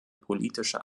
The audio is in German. politischer